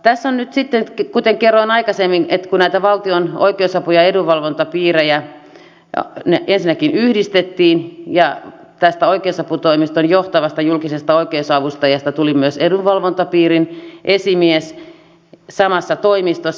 tässä nyt sitten kuten kerroin aikaisemmin näitä valtion oikeusapu ja edunvalvontapiirejä ensinnäkin yhdistettiin ja tästä oikeusaputoimiston johtavasta julkisesta oikeusavustajasta tuli myös edunvalvontapiirin esimies samassa toimistossa